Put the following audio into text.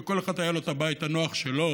ולכל אחד היה את הבית הנוח שלו,